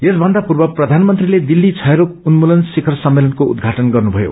यसभन्दा पूर्व प्रधानमंत्रीले दिलली क्षय रोग उन्मूलन शिखर सम्मेलन को उद्घाटन गर्नुषयो